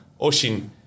Oshin